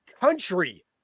country